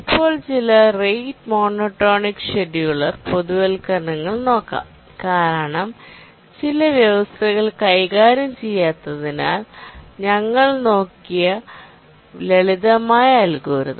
ഇപ്പോൾ ചില rate monotonic scheduler പൊതുവൽക്കരണങ്ങൾ നോക്കാം കാരണം ചില വ്യവസ്ഥകൾ കൈകാര്യം ചെയ്യാത്തതിനാൽ ഞങ്ങൾ നോക്കിയ ലളിതമായ അൽഗോരിതം